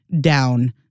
down